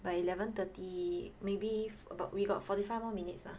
but eleven thirty maybe about we got forty five more minutes ah